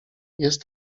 jest